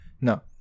no